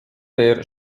der